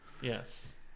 yes